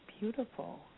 beautiful